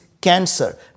cancer